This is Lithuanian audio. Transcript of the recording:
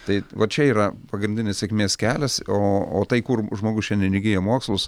tai va čia yra pagrindinis sėkmės kelias o o tai kur žmogus šiandien įgyja mokslus